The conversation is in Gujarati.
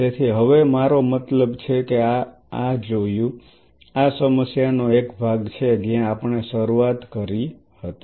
તેથી હવે મારો મતલબ છે કે આ જોયું આ સમસ્યાનો એક ભાગ છે જ્યાં આપણે શરૂઆત કરી હતી